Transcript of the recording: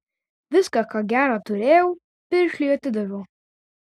viską ką gera turėjau piršliui atidaviau